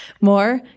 More